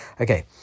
okay